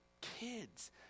kids